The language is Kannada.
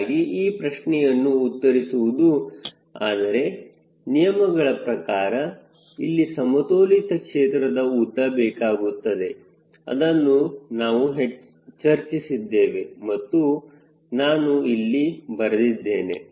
ಹೀಗಾಗಿ ಈ ಪ್ರಶ್ನೆಯನ್ನು ಉತ್ತರಿಸುವುದು ಆದರೆ ನಿಯಮಗಳ ಪ್ರಕಾರ ಅಲ್ಲಿ ಸಮತೋಲಿತ ಕ್ಷೇತ್ರದ ಉದ್ದ ಬೇಕಾಗುತ್ತದೆ ಅದನ್ನು ನಾವು ಚರ್ಚಿಸಿದ್ದೇವೆ ಮತ್ತು ನಾನು ಇಲ್ಲಿ ಬರೆದಿದ್ದೇನೆ